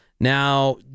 Now